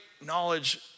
knowledge